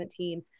2017